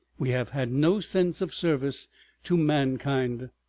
we have had no sense of service to mankind.